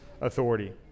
authority